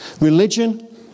Religion